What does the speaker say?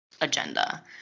agenda